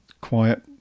quiet